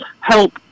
help